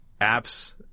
apps